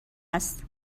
است